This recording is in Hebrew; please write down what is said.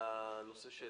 פה בין אם זה הנושא של